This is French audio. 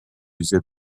usé